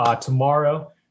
tomorrow